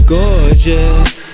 Gorgeous